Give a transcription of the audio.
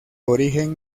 origen